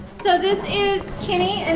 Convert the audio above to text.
so this is kenny